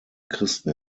christen